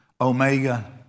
Omega